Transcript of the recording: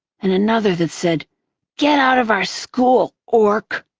and another that said get out of our school, orc!